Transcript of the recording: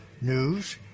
news